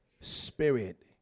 Spirit